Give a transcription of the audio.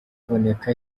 iboneka